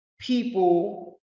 people